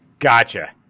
Gotcha